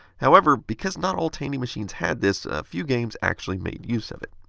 however, because not all tandy machines had this, few games actually made use of it.